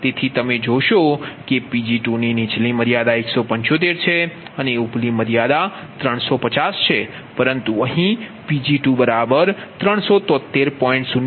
તેથી તમે જોશો કે Pg2 ની નીચલી મર્યાદા 175 છે અને ઉપલી મર્યાદા 350 છે પરંતુ અહીં Pg2 373